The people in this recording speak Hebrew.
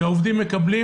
שהעובדים מקבלים